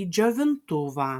į džiovintuvą